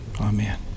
Amen